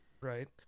right